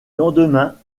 lendemain